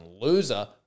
loser